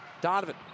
Donovan